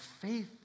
faith